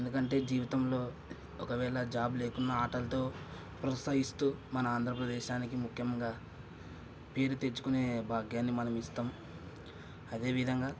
ఎందుకంటే జీవితంలో ఒకవేళ జాబ్ లేకున్నా ఆటలతో ప్రోస్తహిస్తూ మన ఆంధ్రప్రదేశానికి ముఖ్యంగా పేరు తెచ్చుకునే భాగ్యాన్ని మనం ఇస్తాం అదేవిధంగా